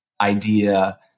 Idea